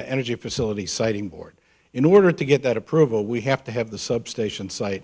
energy facility siting board in order to get that approval we have to have the substation site